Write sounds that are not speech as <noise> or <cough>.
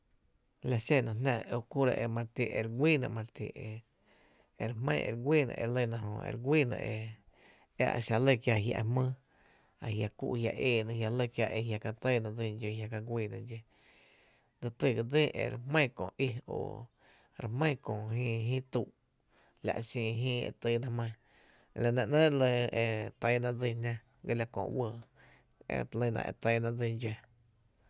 La xéna jná u kuro’ e ma re ti e re guýýna ma re ti e <hesitation> e re jmá’n e re güyyna e jö e re guýýna e a exa lɇ kiaa e jia’ jmýý e jia’ kuu’ jia eena e jia’ lɇ kiáá e jia’ ka tɇɇna dsín dse ty ga dsín e re jmán köö i o re jmán köö jïï tuu’ la’ xin jïi e tyna jmán, la nɇ ‘nɇ´’ e tɇna dsin jná ga la köö uɇɇ e lyna e tɇɇna dsin dxó.